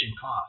cost